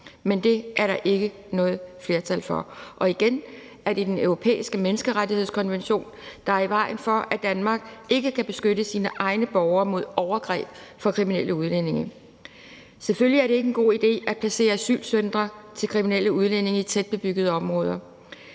men det er der ikke noget flertal for. Og igen er det Den Europæiske Menneskerettighedskonvention, der er i vejen for, at Danmark ikke kan beskytte sine egne borgere mod overgreb fra kriminelle udlændinge. Selvfølgelig er det ikke en god idé at placere asylcentre til kriminelle udlændinge i tætbebyggede områder;